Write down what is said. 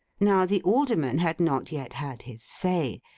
now, the alderman had not yet had his say,